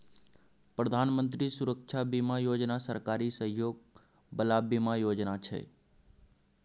प्रधानमंत्री सुरक्षा बीमा योजना सरकारी सहयोग बला बीमा योजना छै